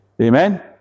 Amen